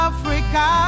Africa